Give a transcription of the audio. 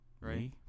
Right